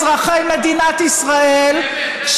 אזרחי מדינת ישראל,